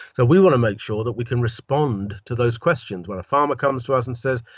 we want to make sure that we can respond to those questions. when a farmer comes to us and says,